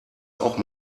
auch